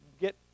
get